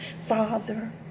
Father